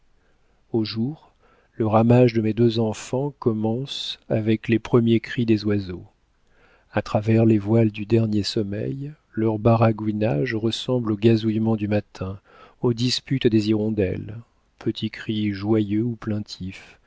au jour le ramage de mes deux enfants commence avec les premiers cris des oiseaux a travers les voiles du dernier sommeil leurs baragouinages ressemblent aux gazouillements du matin aux disputes des hirondelles petits cris joyeux